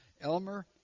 Elmer